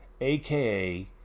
aka